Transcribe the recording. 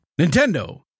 Nintendo